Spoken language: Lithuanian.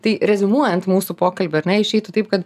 tai reziumuojant mūsų pokalbį ar ne išeitų taip kad